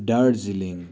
Darjeeling